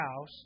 house